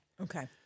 Okay